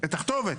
את הכתובת.